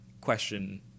question